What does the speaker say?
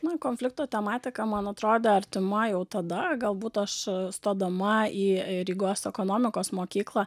na konflikto tematika man atrodė artima jau tada galbūt aš stodama į rygos ekonomikos mokyklą